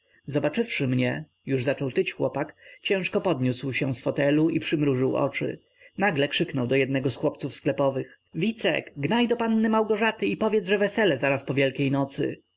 i stanąłem naprzeciw jasia zobaczywszy mnie już zaczął tyć chłopak ciężko uniósł się z fotelu i przymrużył oczy nagle krzyknął do jednego z chłopców sklepowych wicek gnaj do panny małgorzaty i powiedz że wesele zaraz po wielkiej nocy